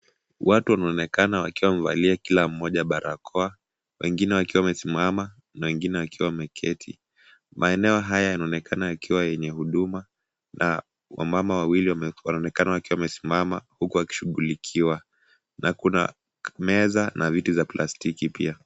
Watu wanaonekana wakiwa wamevalia kila mmoja barakoa, wengine wakiwa wamesimama na wengine wakiwa wameketi. Maeneo haya yanaonekana yakiwa yenye huduma na wamama wawili wanaonekana wakiwa wamesimama huku wakishughulikiwa na kuna meza na viti za plastiki pia.